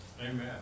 amen